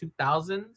2000s